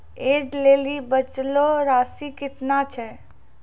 ऐज लेली बचलो राशि केतना छै?